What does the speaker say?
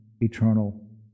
eternal